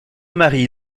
marie